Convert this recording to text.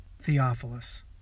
Theophilus